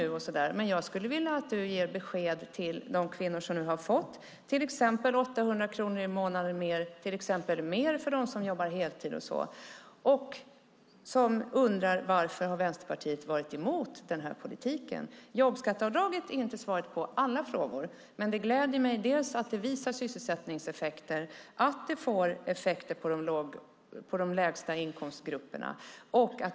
Jag skulle vilja att du ger ett besked till de kvinnor som har fått till exempel 800 kronor mer i månaden - mer för dem som jobbar heltid - och undrar varför Vänsterpartiet har varit emot den här politiken. Jobbskatteavdraget är inte svaret på alla frågor, men det gläder mig att det visar sysselsättningseffekter och får effekt för de lägsta inkomstgrupperna.